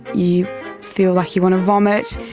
you feel like you want to vomit.